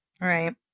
right